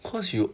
cause you